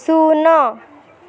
ଶୂନ